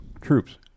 troops